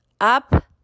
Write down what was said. up